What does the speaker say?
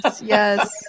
Yes